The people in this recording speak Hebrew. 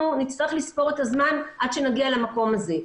אנחנו נצטרך לספור את הזמן עד שנגיע למקום הזה.